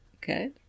Good